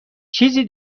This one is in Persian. چیزی